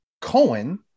Cohen